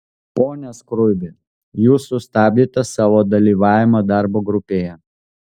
pone skruibi jūs sustabdėte savo dalyvavimą darbo grupėje